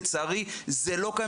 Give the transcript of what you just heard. לצערי זה לא קיים,